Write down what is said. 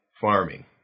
farming